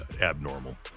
abnormal